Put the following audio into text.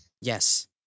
Yes